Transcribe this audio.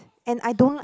and I don't like